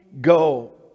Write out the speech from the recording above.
go